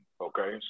okay